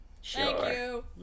Sure